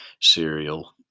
cereal